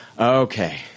okay